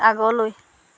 আগলৈ